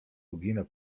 uginał